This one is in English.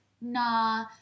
nah